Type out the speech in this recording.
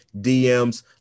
DMs